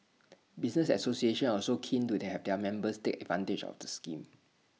business associations are also keen to their their members take advantage of the scheme